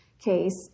Case